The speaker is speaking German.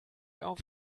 auf